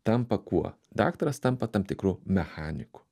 tampa kuo daktaras tampa tam tikru mechaniku